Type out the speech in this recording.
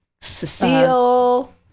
Cecile